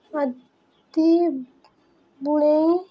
ଆଦି ବୁଣେଇ